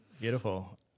Beautiful